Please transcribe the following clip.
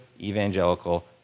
evangelical